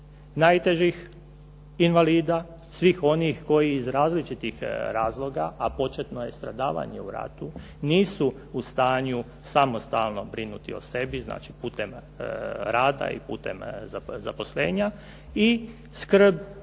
najtežih invalida, svih onih koji iz različitih razloga, a početno je stradavanje u ratu nisu u stanju samostalno brinuti o sebi. Znači putem rada i putem zaposlenja i skrb